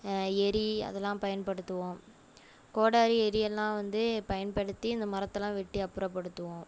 எறி அதெல்லாம் பயன்படுத்துவோம் கோடாரி எறி எல்லாம் வந்து பயன்படுத்தி அந்த மரத்தெல்லாம் வெட்டி அப்புறப்படுத்துவோம்